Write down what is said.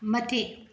मथे